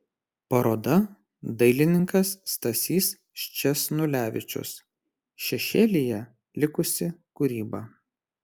paroda dailininkas stasys sčesnulevičius šešėlyje likusi kūryba